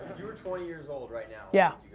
you were twenty years old right now, yeah